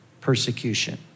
persecution